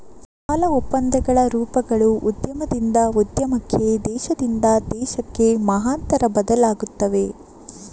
ಸಾಲ ಒಪ್ಪಂದಗಳ ರೂಪಗಳು ಉದ್ಯಮದಿಂದ ಉದ್ಯಮಕ್ಕೆ, ದೇಶದಿಂದ ದೇಶಕ್ಕೆ ಮಹತ್ತರವಾಗಿ ಬದಲಾಗುತ್ತವೆ